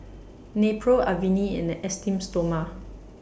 Nepro Avene and Esteem Stoma